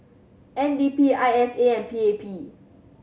N D P I S A and P A P